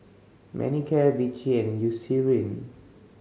Manicare Vichy and Eucerin